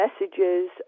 messages